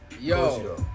yo